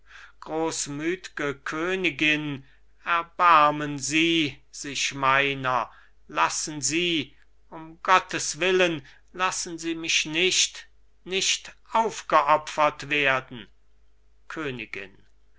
großmütge königin erbarmen sie sich meiner lassen sie um gottes willen lassen sie mich nicht nicht aufgeopfert werden königin